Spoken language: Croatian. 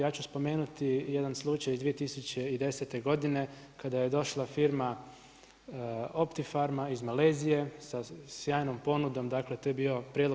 Ja ću spomenuti jedan slučaj iz 2010. godine kada je došla firma Optifarma iz Malezije sa sjajnom ponudom dakle, to je bio prijedlog